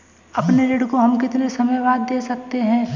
अपने ऋण को हम कितने समय बाद दे सकते हैं?